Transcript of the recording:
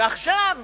ועכשיו